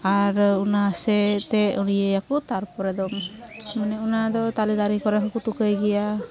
ᱟᱨ ᱚᱱᱟ ᱥᱮ ᱛᱮ ᱤᱭᱟᱹᱭᱟᱠᱚ ᱛᱟᱨᱯᱚᱨᱮᱫᱚ ᱢᱟᱱᱮ ᱚᱱᱟᱫᱚ ᱛᱟᱞᱮᱫᱟᱨᱮ ᱠᱚᱨᱮᱦᱚᱸ ᱠᱚ ᱛᱩᱠᱟᱹᱭ ᱜᱮᱭᱟ